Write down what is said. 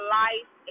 life